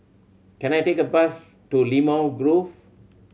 can I take a bus to Limau Grove